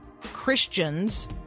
Christians